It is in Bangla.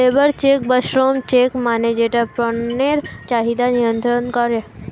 লেবর চেক্ বা শ্রম চেক্ মানে যেটা পণ্যের চাহিদা নিয়ন্ত্রন করে